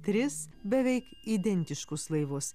tris beveik identiškus laivus